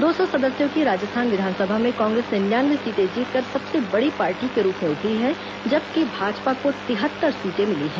दो सौ सदस्यों की राजस्थान विधानसभा में कांग्रेस निन्यानवे सीटें जीतकर सबसे बड़ी पार्टी के रूप में उभरी है जबकि भाजपा को तिहत्तर सीटें मिली हैं